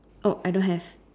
oh I don't have